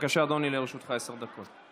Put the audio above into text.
בבקשה, אדוני, לרשותך עשר דקות.